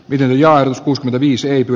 viljaa riisiöity